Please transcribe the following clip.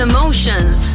Emotions